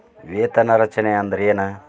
ವೇತನ ರಚನೆ ಅಂದ್ರೆನ?